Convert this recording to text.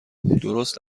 درست